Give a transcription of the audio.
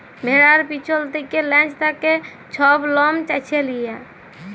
ভেড়ার পিছল থ্যাকে লেজ থ্যাকে ছব লম চাঁছে লিয়া